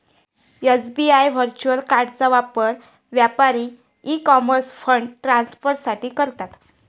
SBI virtual कार्डचा वापर व्यापारी ई कॉमर्स फंड ट्रान्सफर साठी करतात